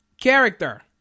character